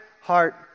heart